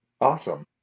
awesome